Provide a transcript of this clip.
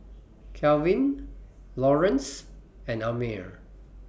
Kalvin Laurence and Amir